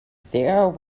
there